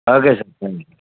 అదే సార్